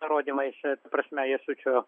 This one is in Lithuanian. parodymais prasme jasučio